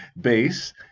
Bass